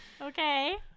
Okay